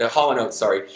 ah holla note, sorry,